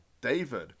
David